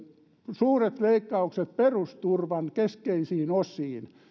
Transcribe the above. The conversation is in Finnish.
suuret leikkaukset perusturvan keskeisiin osiin